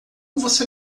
você